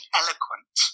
eloquent